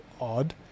odd